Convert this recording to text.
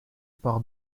par